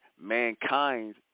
mankind